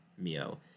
Mio